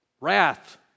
Wrath